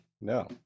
No